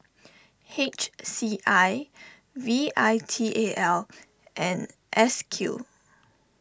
H C I V I T A L and S Q